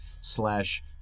slash